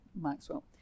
Maxwell